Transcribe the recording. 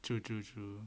true true true